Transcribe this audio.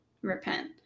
repent